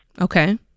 Okay